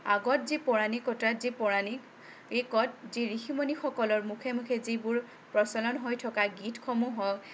আগত যি পৌৰাণিকতাৰ যি পৌৰাণিকত যি ঋষি মুনিসকলৰ মুখে মুখে যিবোৰ প্ৰচলন হৈ থকা গীতসমূহ হওঁক